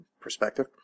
perspective